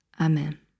Amen